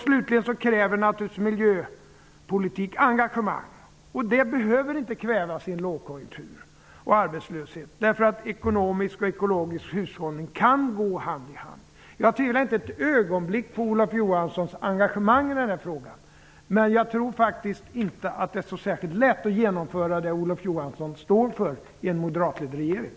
Slutligen kräver naturligtvis miljöpolitiken engagemang, och det engagemanget behöver inte kvävas i en lågkonjunktur och under en arbetslöshet. Ekonomisk och ekologisk hushållning kan gå hand i hand. Jag tvivlar inte ett ögonblick på Olof Johanssons engagemang, men jag tror inte att det är så särkilt lätt att genomföra det som Olof Johansson står för i en moderatledd regering.